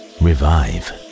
revive